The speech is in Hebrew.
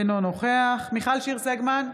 אינו נוכח מיכל שיר סגמן,